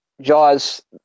jaws